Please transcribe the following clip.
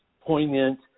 poignant